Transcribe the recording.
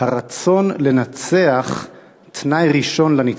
"הרצון לנצח הוא תנאי ראשון לנצח"